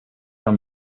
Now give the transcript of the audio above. some